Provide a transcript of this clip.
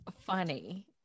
funny